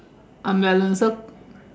a melon so